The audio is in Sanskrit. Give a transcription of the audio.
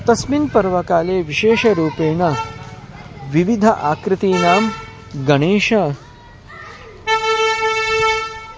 तस्मिन् पर्वकाले विशेषरूपेण विविध आकृतीनां गणेशः